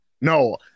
No